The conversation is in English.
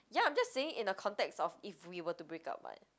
ya I'm just saying in the context of if we were to break up [what]